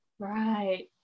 Right